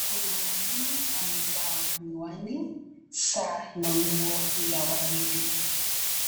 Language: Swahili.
Kuna mwalimu amevaa miwani, saa na nguo ya waridi.